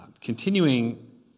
continuing